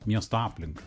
miesto aplinką